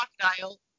crocodile